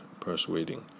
persuading